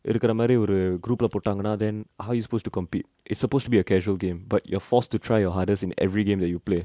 இருகுரமாரி ஒரு:irukuramari oru group lah போட்டாங்கனா:pottangana then how are you supposed to compete it's supposed to be a casual game but you're forced to try your hardest in every game that you play